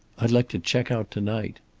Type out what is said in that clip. i'd like to check out to-night.